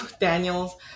Daniels